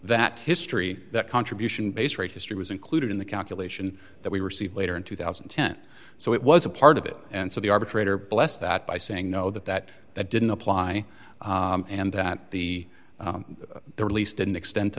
that history that contribution base rate history was included in the calculation that we received later in two thousand and ten so it was a part of it and so the arbitrator blessed that by saying no that that that didn't apply and that the release didn't extend to